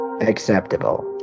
Acceptable